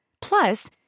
Plus